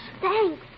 Thanks